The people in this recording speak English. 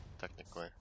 Technically